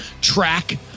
track